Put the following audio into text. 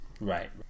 Right